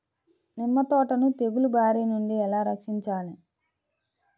నిమ్మ తోటను తెగులు బారి నుండి ఎలా రక్షించాలి?